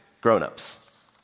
grown-ups